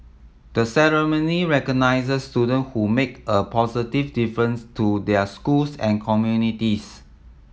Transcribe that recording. the ceremony recognises student who make a positive difference to their schools and communities